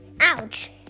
ouch